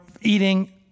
eating